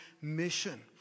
mission